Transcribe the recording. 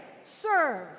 serve